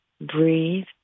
Breathe